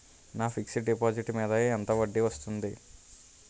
నా fixed deposit మీద ఎంత వడ్డీ వస్తుంది?